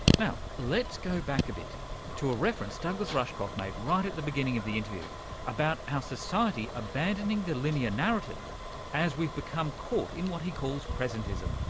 now, let's go back a bit to a reference douglas rushkoff made right at the beginning of the interview about our society abandoning the linear narrative as we've become caught in what he calls presentism,